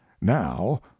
now